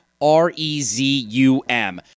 R-E-Z-U-M